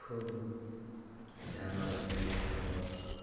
ଖୁବ ଧ୍ୟାନର ସହିତ